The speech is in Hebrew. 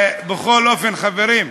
בכל אופן, חברים,